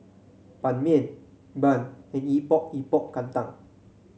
Ban Mian bun and Epok Epok Kentang